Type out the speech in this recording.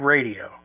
Radio